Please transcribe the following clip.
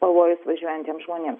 pavojus važiuojantiem žmonėm